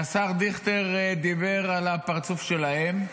השר דיכטר דיבר על הפרצוף שלהם,